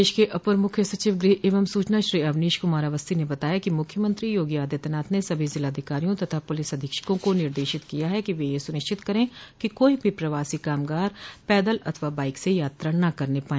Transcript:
प्रदेश के अपर मुख्य सचिव गृह एवं स्चना श्री अवनीश कुमार अवस्थी ने बताया कि मुख्यमंत्री योगी आदित्यनाथ ने सभी जिलाधिकारियों तथा पुलिस अधीक्षकों को निर्देशित किया है कि वे यह सुनिश्चित करें कि कोई भी प्रवासी कामगार पैदल अथवा बाइक से यात्रा न करने पाए